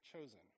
chosen